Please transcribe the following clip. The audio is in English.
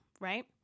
right